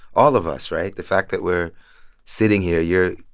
all of us, right? the fact that we're sitting here. you're,